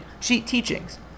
teachings